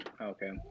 Okay